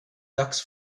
ducks